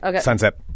Sunset